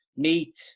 meat